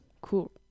Cool